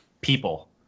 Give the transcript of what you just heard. people